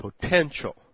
potential